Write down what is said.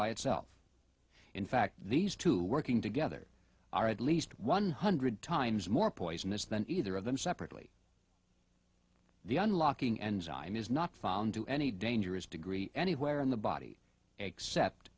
by itself in fact these two working together are at least one hundred times more poisonous than either of them separately the unlocking enzyme is not found to any dangerous degree anywhere in the body except